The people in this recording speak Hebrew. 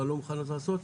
מה לא מוכנות לעשות.